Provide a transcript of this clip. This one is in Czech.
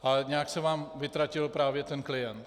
Ale nějak se vám vytratil právě ten klient.